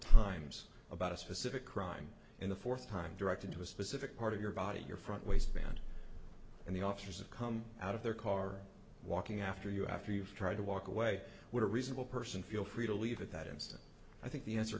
times about a specific crime in the fourth time directed to a specific part of your body your front waistband and the officers of come out of their car walking after you after you've tried to walk away with a reasonable person feel free to leave at that instant i think the answer